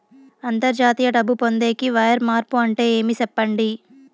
అంతర్జాతీయ డబ్బు పొందేకి, వైర్ మార్పు అంటే ఏమి? సెప్పండి?